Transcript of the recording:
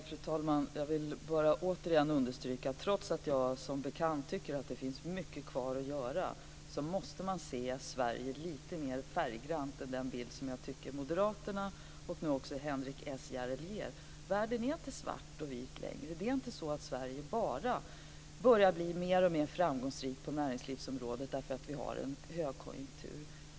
Fru talman! Jag vill återigen understryka, trots att jag som bekant tycker att det finns mycket kvar att göra, att man måste se Sverige lite mer färggrant än den bild som moderaterna och nu också Henrik S Järrel ger. Världen är inte svart och vit längre. Det är inte så att Sverige bara börjar bli mer och mer framgångsrikt på näringslivsområdet därför att vi har en högkonjunktur.